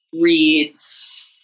reads